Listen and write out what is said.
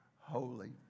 holy